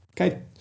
Okay